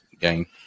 game